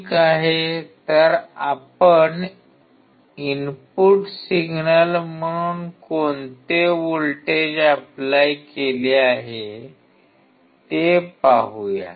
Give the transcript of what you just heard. ठीक आहे तर आपण इनपुट सिग्नल म्हणून कोणते व्होल्टेज ऎप्लाय केले आहे ते पाहूया